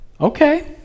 Okay